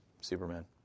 Superman